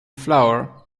flour